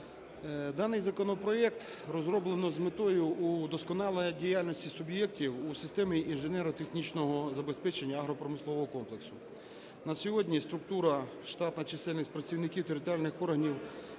Даний законопроект розроблено з метою удосконалення діяльності суб'єктів у системі інженерно-технічного забезпечення агропромислового комплексу. На сьогодні структура, штатна чисельність працівників територіальних органів